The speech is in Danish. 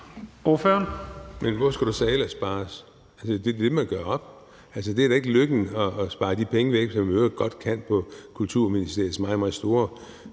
hvor skulle der så ellers spares? Det er det, man må gøre op. Altså, det er da ikke lykken at spare de penge væk, som vi i øvrigt godt kan finde på Kulturministeriets meget,